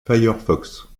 firefox